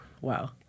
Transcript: Wow